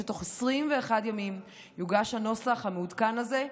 שבתוך 21 ימים יוגש הנוסח המעודכן הזה,